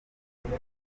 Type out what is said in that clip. menya